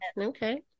Okay